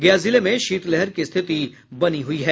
गया जिले में शीतलहर की स्थिति बनी हुई है